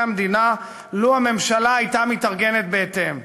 המדינה לו הייתה הממשלה מתארגנת בהתאם.